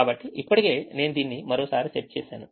కాబట్టి ఇప్పటికే నేను దీన్ని మరోసారి సెట్ చేసాను